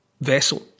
vessel